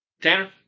Tanner